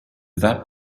that